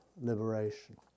liberation